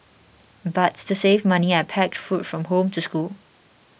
but to save money I packed food from home to school